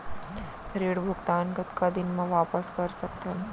ऋण भुगतान कतका दिन म वापस कर सकथन?